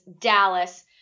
Dallas